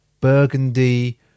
burgundy